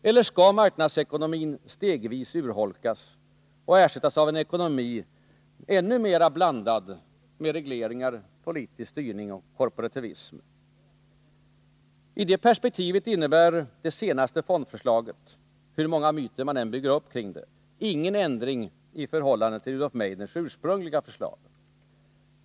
Eller skall marknadsekonomin stegvis urholkas och ersättas av en ännu mera blandad ekonomi med regleringar, politisk styrning och korporativism? I det perspektivet innebär det senaste fondförslaget — hur många myter som än byggs upp kring det —- ingen ändring i förhållande till Rudolf Meidners ursprungliga förslag.